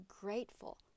grateful